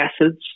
acids